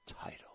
title